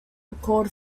record